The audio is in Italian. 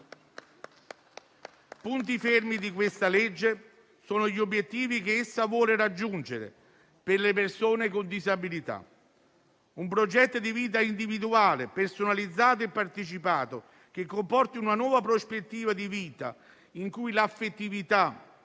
Punti fermi della legge sono gli obiettivi che essa vuole raggiungere per le persone con disabilità: un progetto di vita individuale personalizzato e partecipato che comporti una nuova prospettiva di vita in cui l'affettività,